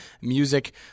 Music